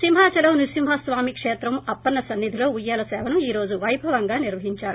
సింహాచలం నృసింహ స్వామి కేత్రం అప్పన్న సన్ని ధిలో ఉయ్యాల సేవను ఈ రోజు వైభవంగా నిర్వహించారు